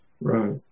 Right